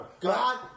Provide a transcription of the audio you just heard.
God